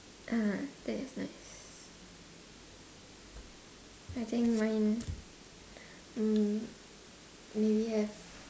ah that's nice I think mine mm maybe have